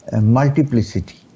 multiplicity